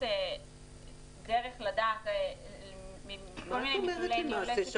דרך לדעת -- מה את אומרת למעשה,